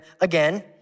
again